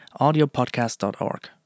audiopodcast.org